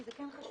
כי זה כן חשוב.